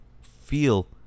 feel